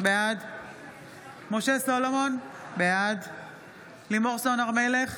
בעד משה סולומון, בעד לימור סון הר מלך,